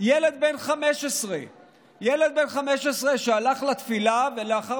ילד בן 15. ילד בן 15 שהלך לתפילה ולאחר